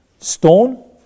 stone